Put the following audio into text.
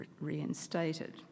reinstated